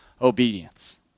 obedience